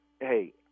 hey